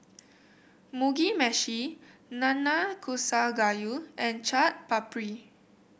Mugi Meshi Nanakusa Gayu and Chaat Papri